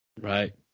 Right